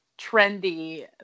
trendy